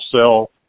sell